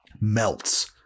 melts